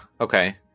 okay